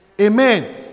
Amen